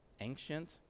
ancient